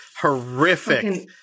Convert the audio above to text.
horrific